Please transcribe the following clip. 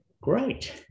Great